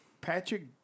Patrick